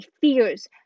fears